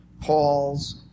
Paul's